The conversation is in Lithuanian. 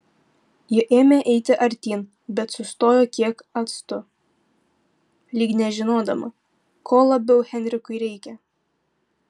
ji ėmė eiti artyn bet sustojo kiek atstu lyg nežinodama ko labiau henriui reikia